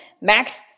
Max